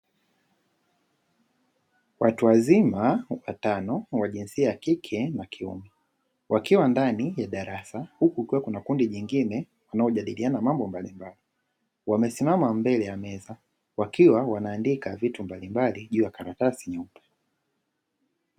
Watu wazima watano wa jinsia ya kike na kiume, wakiwa ndani ya darasa, huku kukiwa na kundi jingine wanaojadiliana mambo mbalimbali. Wamesimama mbele ya meza, wakiwa wanaandika vitu mbalimbali juu ya karatasi nyeupe.